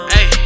Hey